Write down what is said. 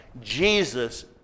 Jesus